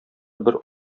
бер